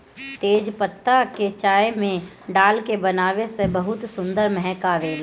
तेजपात के चाय में डाल के बनावे से बहुते सुंदर महक आवेला